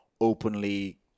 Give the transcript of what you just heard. openly